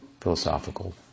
philosophical